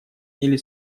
или